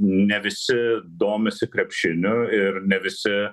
ne visi domisi krepšiniu ir ne visi